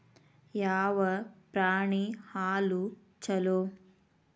ಯಾವ ಪ್ರಾಣಿ ಹಾಲು ಛಲೋ?